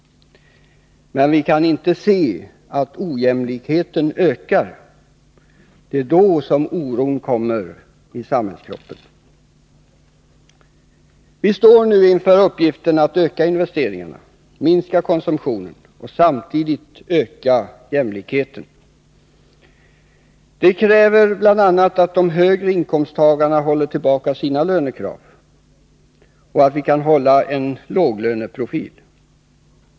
Men vi kan inte se ojämlikheten öka, för det är då som oron kommer i samhällskroppen. Vi står nu inför uppgiften att öka investeringarna, minska konsumtionen och samtidigt öka jämlikheten. Det kräver bl.a. att höginkomsttagarna håller tillbaka sina lönekrav och att vi kan hålla en låglöneprofil.